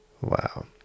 Wow